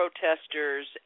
protesters